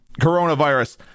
coronavirus